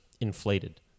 inflated